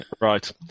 Right